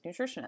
nutritionist